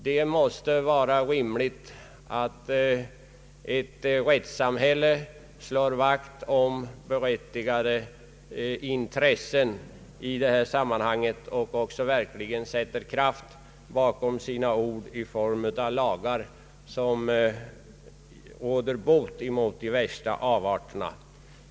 Det måste vara rimligt att ett rättssamhälle slår vakt om berättigade intressen i detta sammanhang och också verkligen sätter kraft bakom sina ord i form av lagar som råder bot på de värsta avarterna.